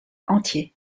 entier